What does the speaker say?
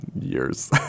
years